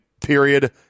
period